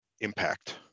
impact